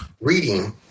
reading